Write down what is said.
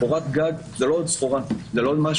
קורת גג זה לא עוד סחורה,